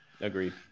Agreed